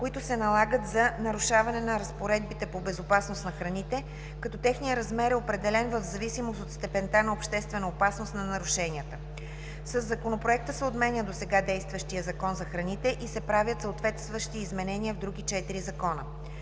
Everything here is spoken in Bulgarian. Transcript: които се налагат за нарушаване на разпоредбите по безопасност на храните, като техният размер е определен в зависимост от степента на обществена опасност на нарушенията. Със Законопроекта се отменя досега действащия Закон за храните и се правят съответстващи изменения в други четири закона.